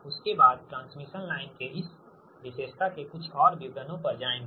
उसके बाद transmission line के इस विशेषता के कुछ और विवरणों पर जाएंगे